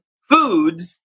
foods